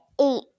eight